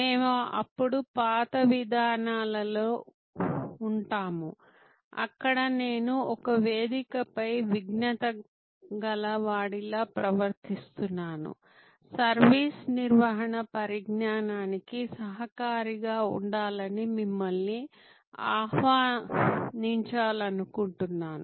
మేము అప్పుడు పాత విధానాలలో ఉంటాము అక్కడ నేను ఒక వేదికపై విజ్ఞత గల వాడిలా ప్రవర్తిస్తున్నాను సర్వీస్ నిర్వహణ పరిజ్ఞానానికి సహకారిగా ఉండాలని మిమ్మల్ని ఆహ్వానించాలనుకుంటున్నాను